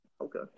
Okay